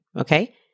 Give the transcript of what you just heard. Okay